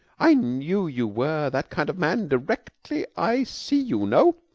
i knew you were that kind of man directly i see you. no,